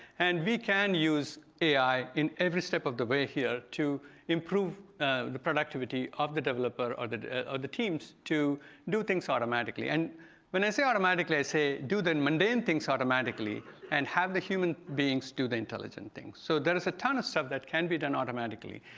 and we can use ai in every step of the way here to improve the productivity of the developer or the or the teams to do things automatically. and when i say automatically, i say do the and mundane things automatically and have the human beings do the intelligent things. so there's a ton of stuff that can be done automatically.